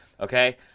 okay